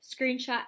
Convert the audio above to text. screenshot